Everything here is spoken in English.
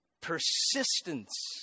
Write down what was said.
persistence